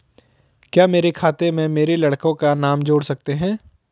क्या मेरे खाते में मेरे लड़के का नाम जोड़ सकते हैं?